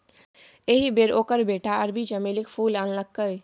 एहि बेर ओकर बेटा अरबी चमेलीक फूल आनलकै